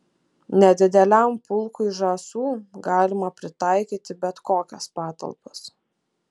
nedideliam pulkui žąsų galima pritaikyti bet kokias patalpas